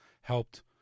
helped